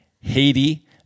Haiti